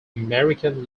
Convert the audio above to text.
american